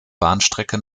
bahnstrecke